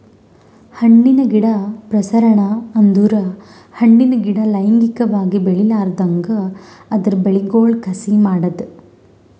ಹಣ್ಣಿನ ಗಿಡ ಪ್ರಸರಣ ಅಂದುರ್ ಹಣ್ಣಿನ ಗಿಡ ಲೈಂಗಿಕವಾಗಿ ಬೆಳಿಲಾರ್ದಂಗ್ ಅದರ್ ಬೇರಗೊಳ್ ಕಸಿ ಮಾಡದ್